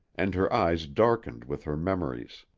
and her eyes darkened with her memories.